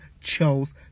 chose